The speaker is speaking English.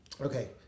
Okay